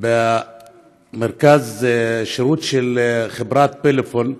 במרכז השירות של חברת פלאפון.